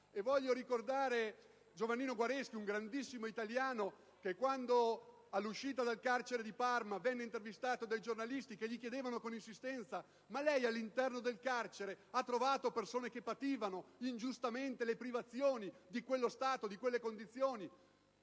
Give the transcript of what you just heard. Vorrei ricordare Giovannino Guareschi, un grandissimo italiano che, quando all'uscita dal carcere di Parma venne intervistato dai giornalisti che gli chiedevano con insistenza se all'interno del carcere avesse trovato persone che pativano ingiustamente privazioni per quello stato e per quelle condizioni,